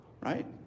right